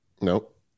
Nope